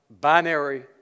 binary